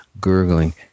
gurgling